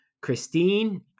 Christine